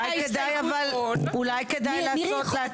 והיא בדיוק אומרת ההיפך.